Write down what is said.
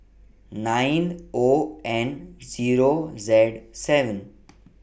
nine O N Zero Z seven